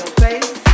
face